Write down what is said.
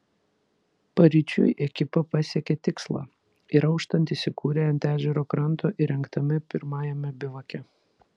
paryčiui ekipa pasiekė tikslą ir auštant įsikūrė ant ežero kranto įrengtame pirmajame bivake